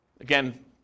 Again